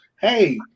hey